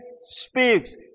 speaks